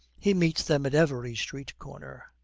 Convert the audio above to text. he meets them at every street corner.